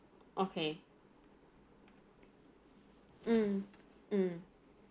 okay mm mm